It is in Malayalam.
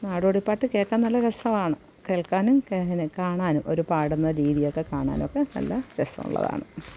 നാടോടി പാട്ട് കേൾക്കാൻ നല്ല രസമാണ് കേൾക്കാനും കേ പിന്നെ കാണാനും അവർ പാടുന്ന രീതിയൊക്കെ കാണാനൊക്കെ നല്ല രസമുള്ളതാണ്